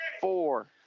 four